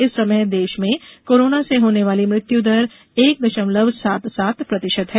इस समय देश में कोरोना से होने वाली मृत्यु दर एक दशमलव सात सात प्रतिशत है